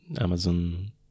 Amazon